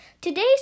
Today's